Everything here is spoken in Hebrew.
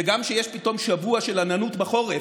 וגם כשיש פתאום שבוע של עננות בחורף,